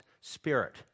spirit